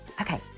Okay